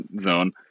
zone